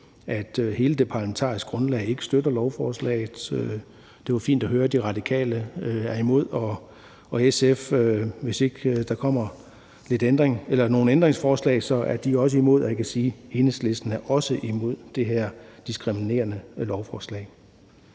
at hele det parlamentariske grundlag ikke støtter lovforslaget. Det var fint at høre, at De Radikale er imod. Hvis ikke der kommer nogle ændringsforslag, er SF også imod, og jeg kan sige, at Enhedslisten også er imod det her diskriminerende lovforslag.